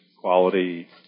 quality